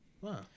wow